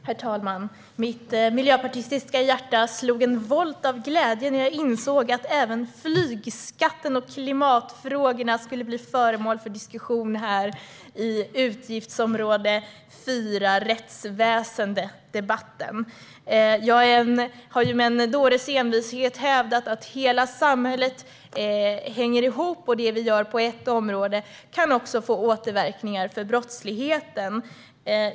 Herr talman! Mitt miljöpartistiska hjärta slog en volt av glädje när jag insåg att även flygskatten och klimatfrågorna skulle bli föremål för diskussion här i samband med debatten om utgiftsområde 4 Rättsväsendet. Jag har med en dåres envishet hävdat att hela samhället hänger ihop och att det vi gör på ett område kan få återverkningar på brottsligheten.